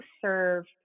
serve